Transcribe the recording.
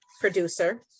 producer